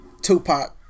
Tupac